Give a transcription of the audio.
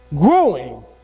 growing